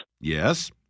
Yes